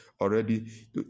already